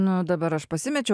nu dabar aš pasimečiau